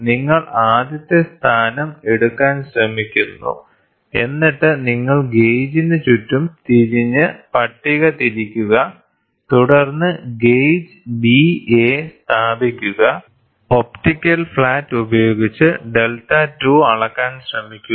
നിങ്ങൾ ആദ്യത്തെ സ്ഥാനം എടുക്കാൻ ശ്രമിക്കുന്നു എന്നിട്ട് നിങ്ങൾ ഗേജിന് ചുറ്റും തിരിഞ്ഞ് പട്ടിക തിരിക്കുക തുടർന്ന് ഗേജ് B A സ്ഥാപിക്കുക ഒപ്റ്റിക്കൽ ഫ്ലാറ്റ് ഉപയോഗിച്ച് δ2 അളക്കാൻ ശ്രമിക്കുക